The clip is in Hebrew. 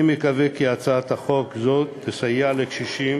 אני מקווה כי הצעת חוק זו תסייע לקשישים